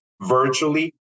virtually